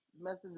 message